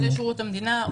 נושא שירות המדינה,